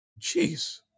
Jeez